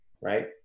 right